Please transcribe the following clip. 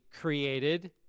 created